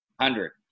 hundred